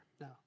No